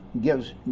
gives